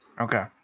Okay